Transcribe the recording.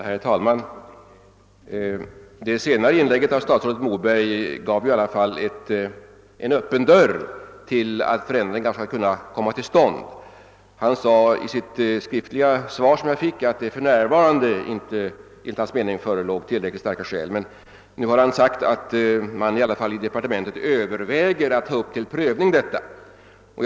Herr talman! Det senaste inlägget av statsrådet Moberg lämnade i alla fall en dörr öppen för möjligheten att förändringar kan komma till stånd. I sitt skriftliga svar framhöll han att det enligt hans uppfattning för närvarande inte förelåg tillräckligt starka skäl härför, men nu har han sagt att man inom departementet överväger att ta upp frågan till prövning.